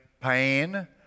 pain